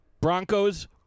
Broncos